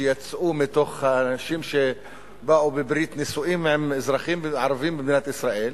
שיצאו מתוך האנשים שבאו בברית נישואים עם אזרחים ערבים במדינת ישראל,